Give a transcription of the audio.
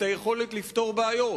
את היכולת לפתור בעיות,